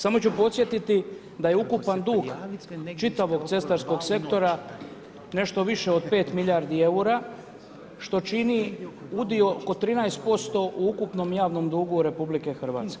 Samo ću podsjetiti da je ukupan dug čitavog cestarskog sektora nešto više od 5 milijardi eura što čini udio oko 13% u ukupnom javnom dugu RH.